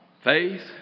faith